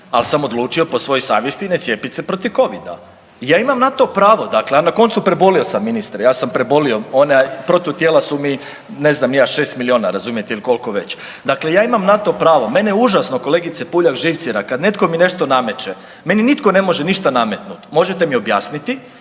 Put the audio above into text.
al sam odlučio po svojoj savjesti ne cijepit se protiv covida. Ja imam na to pravo, dakle, a na koncu prebolio sam ministre, ja sam prebolio, ona protutijela su mi ne znam ni ja 6 milijuna razumijete ili koliko već, dakle ja imam na to pravo. Mene užasno kolegice Puljak živcira kad netko mi nešto nameće, meni nitko ne može ništa nametnut, možete mi objasniti,